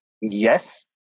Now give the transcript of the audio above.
yes